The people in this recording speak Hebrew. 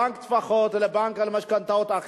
בנק טפחות או בנק אחר למשכנתאות,